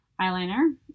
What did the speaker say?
eyeliner